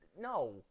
no